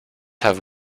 have